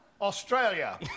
Australia